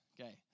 okay